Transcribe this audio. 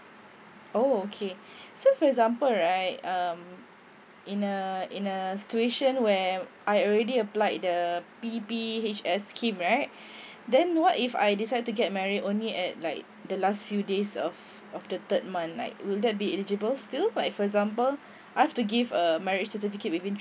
oh okay so for example right um in a in a situation where I already applied the P_P_H_S scheme right then what if I decide to get marry only at like the last few days of of the third month like will that be eligible still like for example I've to give a marriage certificate within